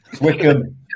Wickham